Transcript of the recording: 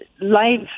life